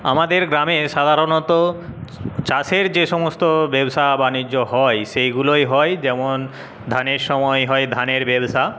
আমাদের গ্রামে সাধারণত চাষের যে সমস্ত ব্যবসা বাণিজ্য হয় সেইগুলোই হয় যেমন ধানের সময়ে হয় ধানের ব্যবসা